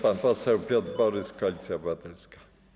Pan poseł Piotr Borys, Koalicja Obywatelska.